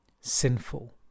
sinful